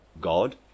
God